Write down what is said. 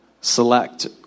select